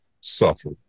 suffer